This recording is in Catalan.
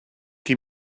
qui